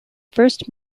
first